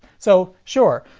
so sure,